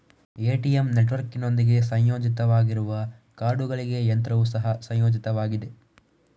ATM ನೆಟ್ವರ್ಕಿನೊಂದಿಗೆ ಸಂಯೋಜಿತವಾಗಿರುವ ಕಾರ್ಡುಗಳಿಗೆ ಯಂತ್ರವು ಸಹ ಸಂಯೋಜಿತವಾಗಿದೆ